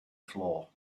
floor